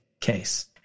case